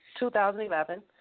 2011